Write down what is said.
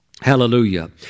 Hallelujah